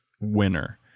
winner